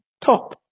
top